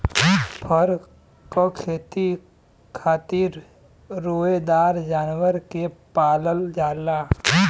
फर क खेती खातिर रोएदार जानवर के पालल जाला